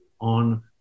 on